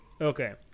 okay